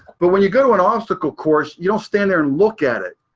but when you go an obstacle course, you don't stand there and look at it.